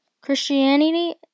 Christianity